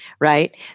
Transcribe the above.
right